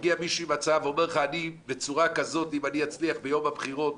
הגיע מישהו עם הצעה ואומר לך: בצורה כזאת אם אני אצליח ביום הבחירות